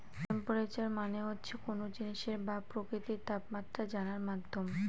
temperature মানে হচ্ছে কোনো জিনিসের বা প্রকৃতির তাপমাত্রা জানার মাধ্যম